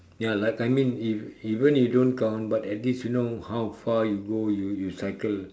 ya like I mean if even you don't count but at least you know how far you go you you cycle